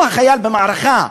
הוא החייל במערכה,